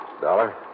Dollar